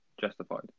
justified